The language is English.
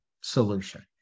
solution